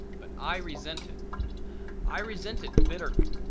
but i resent it i resent it bitterly.